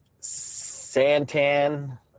Santan